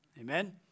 Amen